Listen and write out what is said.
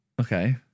Okay